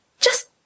Just